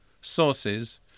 sources